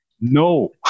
No